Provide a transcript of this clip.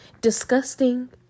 disgusting